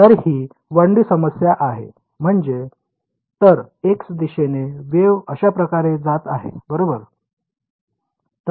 तर ही 1D समस्या आहे म्हणजे तर x दिशेने वेव्ह अशाप्रकारे जात आहे बरोबर